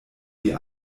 die